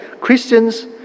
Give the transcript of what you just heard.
Christians